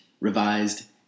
revised